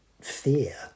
fear